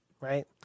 right